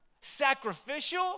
sacrificial